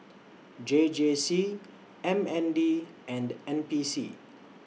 J J C M N D and N P C